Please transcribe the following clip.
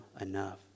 enough